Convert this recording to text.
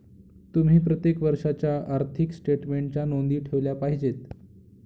तुम्ही प्रत्येक वर्षाच्या आर्थिक स्टेटमेन्टच्या नोंदी ठेवल्या पाहिजेत